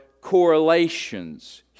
correlations